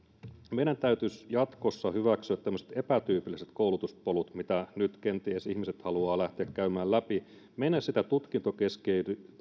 meidän täytyisi jatkossa hyväksyä tämmöiset epätyypilliset koulutuspolut mitä nyt kenties ihmiset haluavat lähteä käymään läpi mennä siitä tutkintokeskeisyydestä